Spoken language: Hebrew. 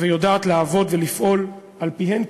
ויודעת לעבוד ולפעול על-פיהם,